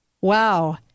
Wow